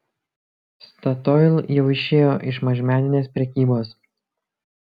statoil jau išėjo iš mažmeninės prekybos